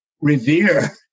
revere